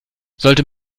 sollte